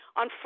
on